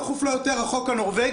דחוף לה יותר החוק הנורווגי,